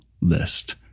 list